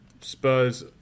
Spurs